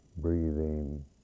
breathing